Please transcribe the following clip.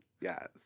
Yes